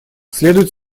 следует